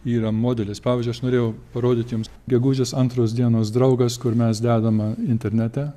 yra modelis pavyzdžiui aš norėjau parodyt jums gegužės antros dienos draugas kur mes dedama internete